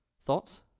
Thoughts